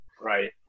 Right